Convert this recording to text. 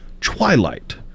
TWILIGHT